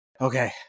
okay